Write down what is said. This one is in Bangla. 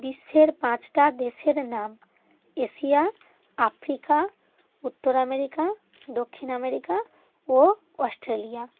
বিশ্বের পাঁচটা দেশের নাম এশিয়া আফ্রিকা উত্তর আমেরিকা দক্ষিণ আমেরিকা ও অস্ট্রেলিয়া